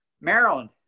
Maryland